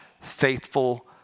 faithful